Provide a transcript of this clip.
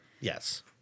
Yes